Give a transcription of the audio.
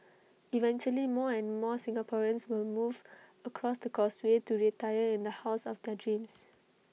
eventually more and more Singaporeans will move across the causeway to retire in the house of their dreams